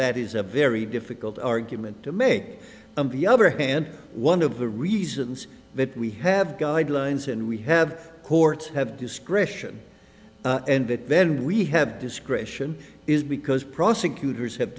that is a very difficult argument to make and the other hand one of the reasons that we have guidelines and we have who are to have discretion and then we have discretion is because prosecutors have